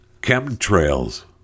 chemtrails